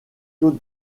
claude